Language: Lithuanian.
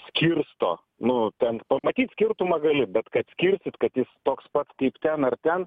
skirsto nu ten pamatyt skirtumą gali bet kad skirstyt kad jis toks pat kaip ten ar ten